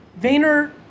Vayner